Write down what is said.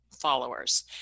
followers